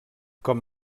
com